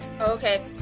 Okay